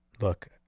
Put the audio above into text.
look